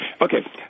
Okay